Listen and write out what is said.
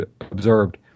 observed